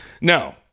No